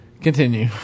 Continue